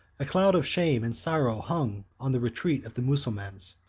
a cloud of shame and sorrow hung on the retreat of the mussulmans,